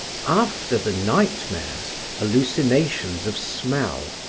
after the nightmares, hallucinations of smell,